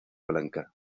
blanca